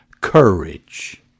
courage